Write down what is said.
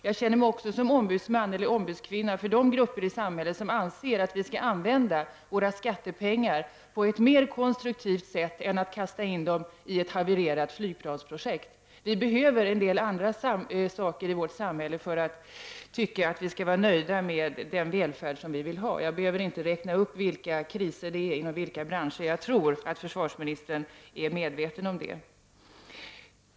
Jag känner mig också som ombudsman — eller ombudskvinna — för de grupper i samhället som anser att vi skall använda våra skattepengar på ett mer konstruktivt sätt än genom att kasta in dem i ett havererat flygplansprojekt. Vi behöver en del andra saker i vårt samhället för att vi skall tycka att vi bör vara nöjda, att vi har fått den välfärd som vi vill ha. Jag behöver inte räkna upp vilka kriser och vilka branscher det är fråga om; jag tror att försvarsministern är medveten om det.